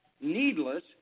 needless